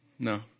No